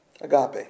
Agape